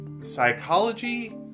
psychology